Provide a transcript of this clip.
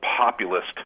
populist